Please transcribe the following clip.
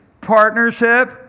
partnership